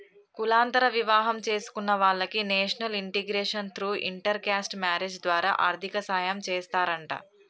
కులాంతర వివాహం చేసుకున్న వాలకి national integration through inter caste marriage ద్వారా ఆర్థిక సాయం చేస్తారంట